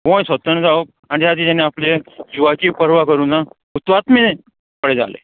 गोंय स्वतंत्र जावप आनी ते खाती तेणे आपल्या जिवाची परवा करूं ना हुतात्मे थोडे जाले